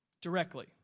directly